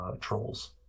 trolls